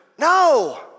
No